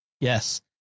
Yes